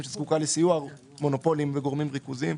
שזקוקה לסיוע זה מונופולים וגורמים ריכוזיים.